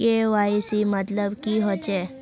KYC मतलब की होचए?